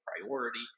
priority